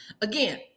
Again